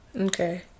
Okay